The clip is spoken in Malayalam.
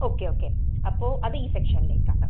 ഓക്കെ ഓക്കെ അപ്പോൾ അത് ഈ സെക്ഷനിലേക്കാണ്